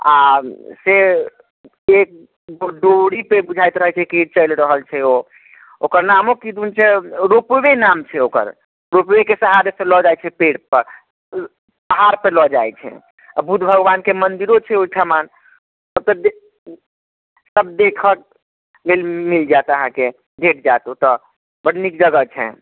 आ से एक डोरी पे बुझाइत रहै छै कि चलि रहल छै ओ ओकर नामो किदुन छै रोपवे नाम छै ओकर रोपवेके सहारे से ले जाइत छै पेड़ पर पहाड़ पर लऽ जाइत छै आ बुद्ध भगवानके मन्दिरो छै ओहिठमन ओतऽ दे देखऽ लेल मिल जायत अहाँकेँ भेट जायत ओतऽ बड नीक जगह छै